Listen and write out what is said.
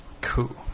Cool